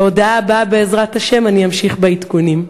בהודעה הבאה, בעזרת השם, אני אמשיך בעדכונים.